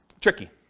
tricky